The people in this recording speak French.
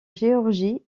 géorgie